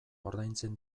ordaintzen